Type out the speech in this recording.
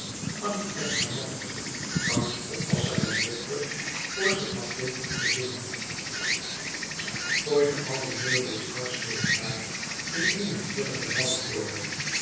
annie en haar man franks oppasser en butler voor zich had weten te winnen gooide alle meubels dwars door elkaâr in eene grillige wanorde